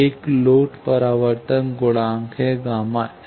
एक लोड परावर्तन गुणांक है Γ L